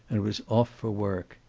and was off for work.